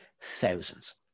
thousands